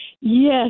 Yes